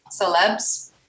Celebs